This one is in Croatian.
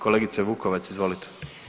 Kolegice Vukovac, izvolite.